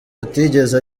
atigeze